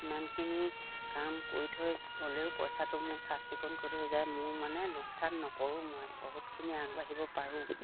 ইমানখিনি কাম কৰি থৈ গ'লেও পইচাটো মোৰ চাফ চিকুণ কৰি থৈ যায় মোৰ মানে লোকচান নকৰোঁ মই বহুতখিনি আগবাঢ়িব পাৰোঁ